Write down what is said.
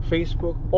Facebook